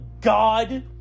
God